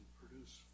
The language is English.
produce